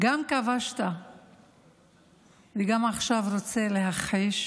גם כבשת וגם עכשיו רוצה להכחיש?